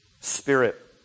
spirit